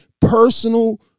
personal